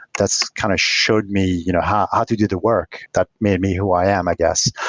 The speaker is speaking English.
that's kind of showed me you know how ah to do the work that made me who i am, i guess,